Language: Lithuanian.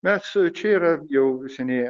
mes čia yra jau užsienyje